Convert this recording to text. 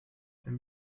dem